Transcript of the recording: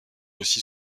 aussi